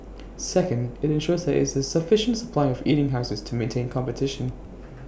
second IT ensures there is A sufficient supply of eating houses to maintain competition